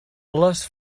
les